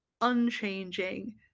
unchanging